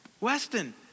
Weston